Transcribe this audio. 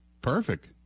Perfect